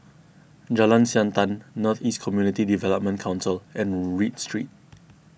Jalan Siantan North East Community Development Council and Read Street